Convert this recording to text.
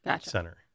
center